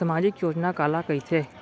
सामाजिक योजना काला कहिथे?